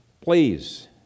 Please